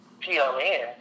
PLN